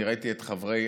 אני ראיתי את חברי